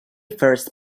first